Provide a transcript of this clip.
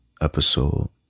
episode